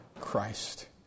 Christ